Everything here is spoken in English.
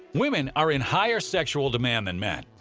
women are in higher sexual demand than men.